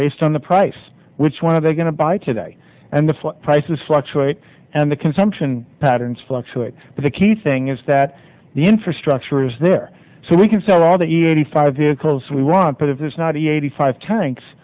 based on the price which one of they are going to buy today and the prices fluctuate and the consumption patterns fluctuate but the key thing is that the infrastructure is there so we can sell all the eighty five vehicles we want but if it's not eighty five tanks